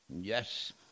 Yes